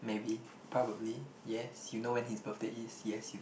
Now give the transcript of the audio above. maybe probably yes you know when his birthday is yes